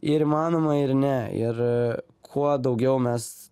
ir įmanoma ir ne ir kuo daugiau mes